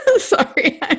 Sorry